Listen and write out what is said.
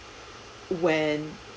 when